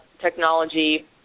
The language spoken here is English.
technology